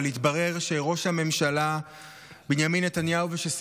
אבל מתברר שראש הממשלה בנימין נתניהו ושר